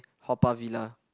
Haw-Par-Villa